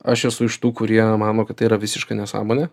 aš esu iš tų kurie mano kad tai yra visiška nesąmonė